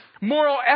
moral